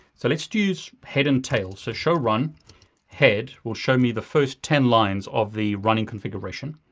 so let's use head and tail. so, sho run head will show me the first ten lines of the running configuration.